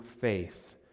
faith